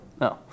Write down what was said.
no